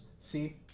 See